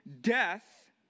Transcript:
death